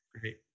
Great